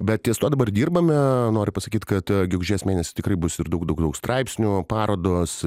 bet ties tuo dabar dirbame noriu pasakyt kad gegužės mėnesį tikrai bus ir daug daug daug straipsnių parodos